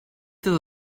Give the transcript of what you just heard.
dat